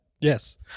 Yes